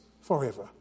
forever